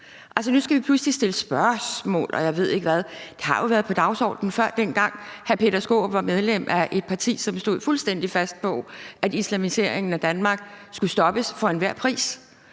nu skal vi pludselig stille spørgsmål, og jeg ved ikke hvad. Det har jo været på dagsordenen før, dengang hr. Peter Skaarup var medlem af et parti, som stod fuldstændig fast på, at islamiseringen af Danmark skulle stoppes for enhver pris.